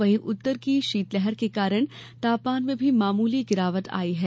वहीं उत्तर की शीतलहर के कारण तापमान में भी मामूली गिरावट आई है